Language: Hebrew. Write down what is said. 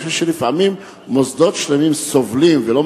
אני חושב שלפעמים מוסדות שלמים סובלים ולא